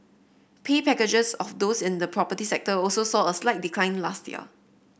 pay packages of those in the property sector also saw a slight decline last year